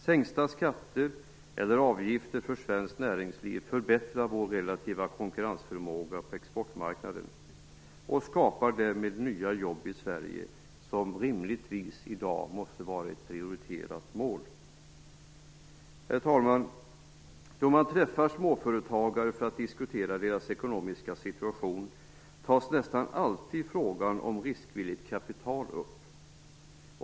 Sänkta skatter eller avgifter för svenskt näringsliv förbättrar vår relativa konkurrensförmåga på exportmarknaden och skapar därmed nya jobb i Sverige, något som i dag rimligtvis måste vara ett prioriterat mål. Herr talman! Då man träffar småföretagare för att diskutera deras ekonomiska situation tas nästan alltid frågan om riskvilligt kapital upp.